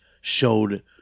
showed